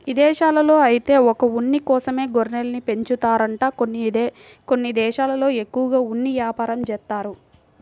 ఇదేశాల్లో ఐతే ఒక్క ఉన్ని కోసమే గొర్రెల్ని పెంచుతారంట కొన్ని దేశాల్లో ఎక్కువగా ఉన్ని యాపారం జేత్తారు